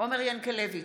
עומר ינקלביץ'